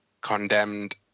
Condemned